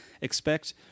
expect